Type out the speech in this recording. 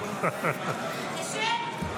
ישן?